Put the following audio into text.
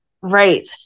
right